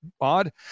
odd